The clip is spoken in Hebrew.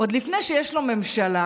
עוד לפני שיש לו ממשלה,